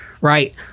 right